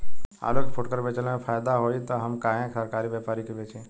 आलू के फूटकर बेंचले मे फैदा होई त हम काहे सरकारी व्यपरी के बेंचि?